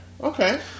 okay